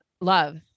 love